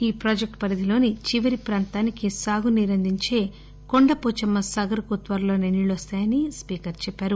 ఈ ప్రాజెక్లు పరిధిలోని చివరి ప్రాంతానికి సాగు నీరు అందించే కొండపోచమ్మ సాగర్ కు త్వరలోనే నీళ్లు వస్తాయని స్పీకర్ చెప్పారు